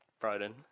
Broden